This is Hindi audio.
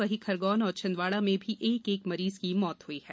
वहीं खरगोन और छिंदवाड़ा में भी एक एक मरीज की मौत हुयी है